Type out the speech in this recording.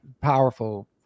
powerful